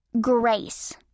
Grace